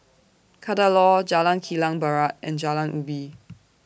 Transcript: Kadaloor Jalan Kilang Barat and Jalan Ubi